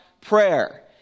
prayer